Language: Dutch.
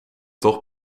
toch